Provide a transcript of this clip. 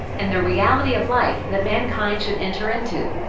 and the reality of life that mankind should enter into.